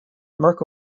mirco